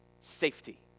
safety